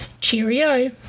Cheerio